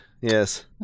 yes